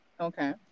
Okay